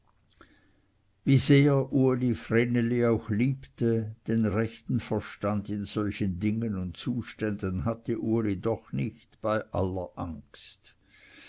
wie sehr uli vreneli auch liebte den rechten verstand in solchen dingen und zuständen hatte uli doch nicht bei aller angst